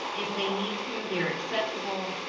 if they need to they're accessible.